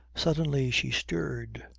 suddenly she stirred.